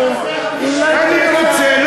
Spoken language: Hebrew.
נו, אני רוצה.